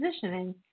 positioning